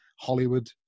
Hollywood